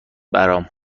برام